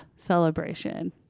celebration